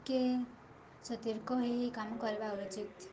ଟିକେ ସତର୍କ ହୋଇ କାମ କରିବା ଉଚିତ